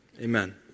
Amen